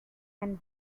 and